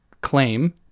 claim